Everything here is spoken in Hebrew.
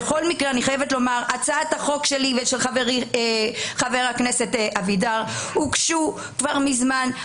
הצעת החוק שלי ושל חברי חבר הכנסת אבידר הוגשו מזמן.